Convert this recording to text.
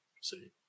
See